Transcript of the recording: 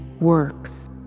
works